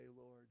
Lord